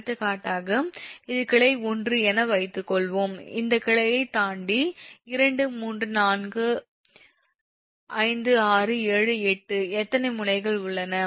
எடுத்துக்காட்டாக இது கிளை 1 என்று வைத்துக்கொள்வோம் இந்த கிளையைத் தாண்டி 2345678 எத்தனை முனைகள் உள்ளன